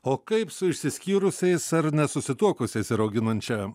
o kaip su išsiskyrusiais ar nesusituokusiais ir auginančią